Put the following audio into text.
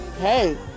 hey